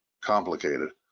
complicated